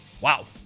Wow